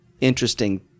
interesting